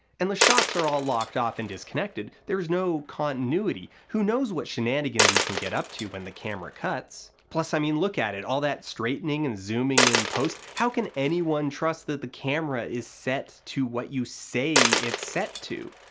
and the shots are all locked off and disconnected. there's no continuity. who knows what shenanigans you can get up to when the camera cuts. plus, i mean, look at it, all that straightening and zooming in post, how can anyone trust that the camera is set to what you say it's set to?